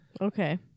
Okay